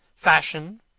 fashion,